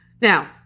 Now